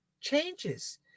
changes